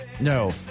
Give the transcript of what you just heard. No